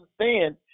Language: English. understand